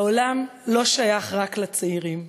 העולם לא שייך רק לצעירים,